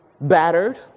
battered